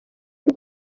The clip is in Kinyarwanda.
y’u